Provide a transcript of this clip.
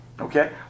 Okay